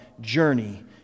journey